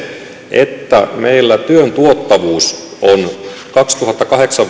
että meillä työn tuottavuus on vuodesta kaksituhattakahdeksan